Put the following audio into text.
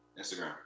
Instagram